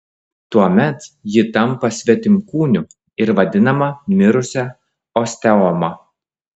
tuomet ji tampa svetimkūniu ir vadinama mirusia osteoma